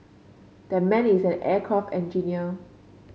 that man is an aircraft engineer